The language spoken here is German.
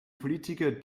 politiker